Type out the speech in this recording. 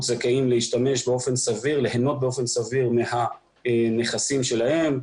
זכאים להשתמש באופן סביר וליהנות באופן סביר מהנכסים שלהם,